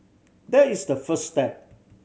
there is the first step